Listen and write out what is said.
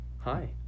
Hi